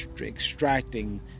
extracting